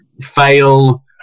fail